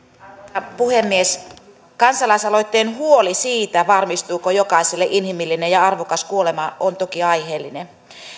arvoisa puhemies kansalaisaloitteen huoli siitä varmistuuko jokaiselle inhimillinen ja arvokas kuolema on toki aiheellinen